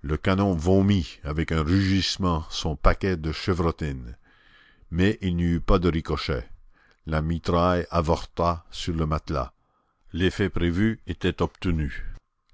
le canon vomit avec un rugissement son paquet de chevrotines mais il n'y eut pas de ricochet la mitraille avorta sur le matelas l'effet prévu était obtenu